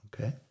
okay